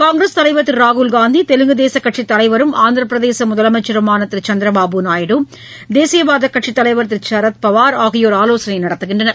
காங்கிரஸ் தலைவர் திருராகுல்காந்தி தெலுங்கு தேசகட்சித் தலைவரும் ஆந்திரபிரதேசமுதலமைச்சருமானதிருசந்திரபாபு நாயுடு தேசியவாதகாங்கிரஸ் கட்சித் தலைவர் திருசரத்பவார் ஆகியோர் ஆலோசனைநடத்துகின்றனர்